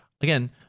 Again